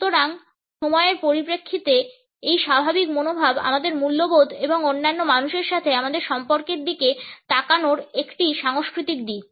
সুতরাং সময়ের পরিপ্রেক্ষিতে এই স্বাভাবিক মনোভাব আমাদের মূল্যবোধ এবং অন্যান্য মানুষের সাথে আমাদের সম্পর্কের দিকে তাকানোর একটি সাংস্কৃতিক দিক